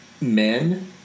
men